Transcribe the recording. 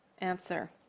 answer